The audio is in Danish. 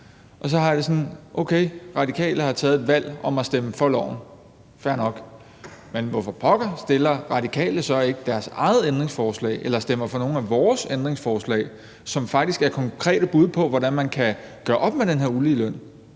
Og så har jeg det sådan: Okay, Radikale har taget et valg om at stemme for lovforslaget – fair nok – men hvorfor pokker stiller Radikale så ikke deres eget ændringsforslag eller stemmer for nogle af vores ændringsforslag, som faktisk er konkrete bud på, hvordan man kan gøre op med den her uligeløn?